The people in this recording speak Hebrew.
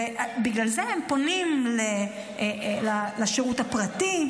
בגלל זה הם פונים לשירות הפרטי,